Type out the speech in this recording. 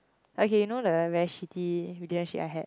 okay you know the very shitty relationship I had